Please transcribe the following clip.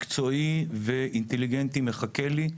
מקצועי ואינטליגנטי מחכה לי.